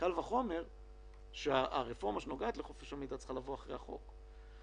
קל וחומר שהרפורמה שנוגעת לחופש המידע צריכה לבוא לפני הרפורמה הזאת.